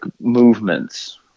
movements